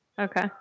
Okay